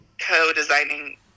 co-designing